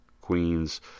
Queens